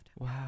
Wow